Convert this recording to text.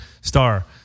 Star